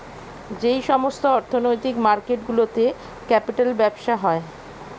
যেই সমস্ত অর্থনৈতিক মার্কেট গুলোতে ক্যাপিটাল ব্যবসা হয়